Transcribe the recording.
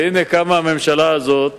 והנה, קמה הממשלה הזאת